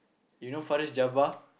you know Faris-Jaba